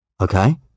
Okay